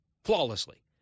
Flawlessly